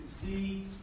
see